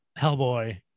Hellboy